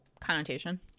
Connotation